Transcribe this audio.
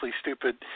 stupid